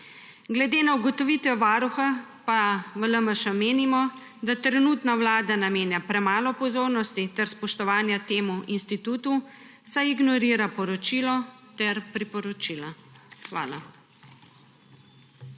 Glede na ugotovitve Varuha pa v LMŠ menimo, da trenutna vlada namenja premalo pozornosti ter spoštovanja temu institutu, saj ignorira poročilo ter priporočila. Hvala.